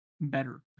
better